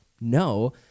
no